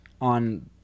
on